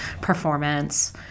performance